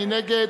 מי נגד?